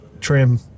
trim